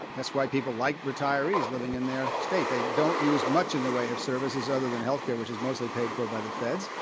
that's why people like retirees living in their state. they don't use much in the way of services other than health care which is mostly paid for by the fed,